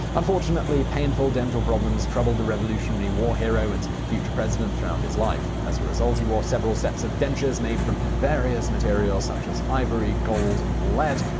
unfortunately, painful dental problems troubled the revolutionary war hero and future president throughout his life. as a result, he wore several sets of dentures made from various materials such as ivory, gold, and lead,